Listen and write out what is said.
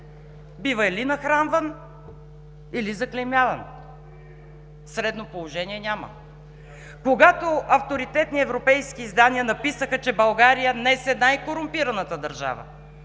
бива или нахранван или заклеймяван, средно положение няма. Когато авторитетни европейски издания написаха, че България днес е най-корумпираната държава,